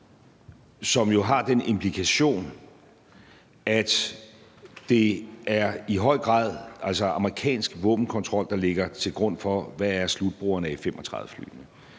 som jo har den implikation, at det i høj grad er amerikansk våbenkontrol, der ligger til grund for, hvem slutbrugerne af F-35-flyene